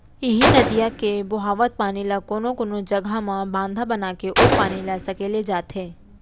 इहीं नदिया के बोहावत पानी ल कोनो कोनो जघा म बांधा बनाके ओ पानी ल सकेले जाथे